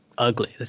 ugly